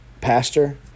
pastor